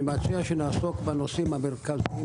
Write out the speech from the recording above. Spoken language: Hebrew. שנעסוק בנושאים המרכזיים,